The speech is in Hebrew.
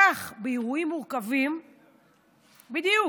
כך, באירועים מורכבים, בדיוק.